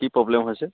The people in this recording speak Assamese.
কি প্ৰ'ব্লেম হৈছে